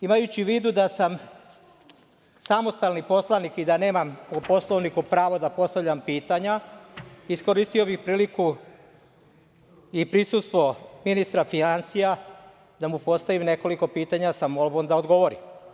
Imajući u vidu da sam samostalni poslanik i da nemam po Poslovniku pravo da postavljam pitanja, iskoristio bih priliku i prisustvo ministra finansija da mu postavim nekoliko pitanja, sa molbom da odgovori.